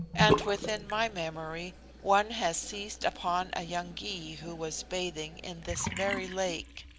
and within my memory one has seized upon a young gy who was bathing in this very lake.